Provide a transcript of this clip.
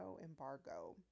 embargo